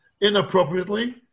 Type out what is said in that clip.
inappropriately